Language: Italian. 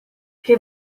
che